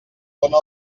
dóna